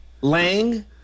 Lang